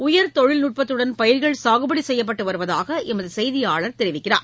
உயர் தொழில்நுட்பத்துடன் பயிர்கள் சாகுபடிசெய்யப்பட்டுவருவதாகஎமதுசெய்தியாளர் தெரிவிக்கிறார்